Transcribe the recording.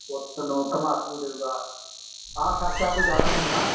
ਉਹ ਤੁਹਾਨੂੰ ਘੁੰਮਾ ਘਮੂ ਦੇਊਗਾ ਹਾਂ ਖਰਚਾ ਕੁਛ ਜ਼ਿਆਦਾ ਨਹੀਂ ਹੋਣਾ